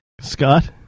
Scott